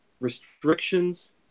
restrictions